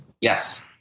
Yes